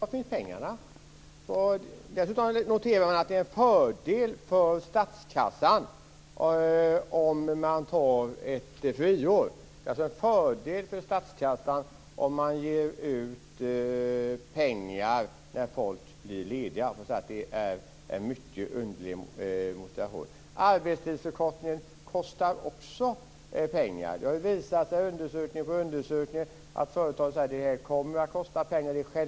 Herr talman! Var finns pengarna? Man noterar att detta innebär en fördel för statskassan om man tar ett friår. Det skulle alltså vara en fördel att man ger ut pengar när folk är lediga. Jag måste säga att det är en mycket underlig motivation. Arbetstidsförkortningen kostar också pengar. Det har ju visat sig i undersökning på undersökning att företag säger att detta självklart kommer att kosta pengar.